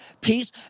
peace